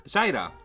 Zaira